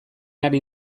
ari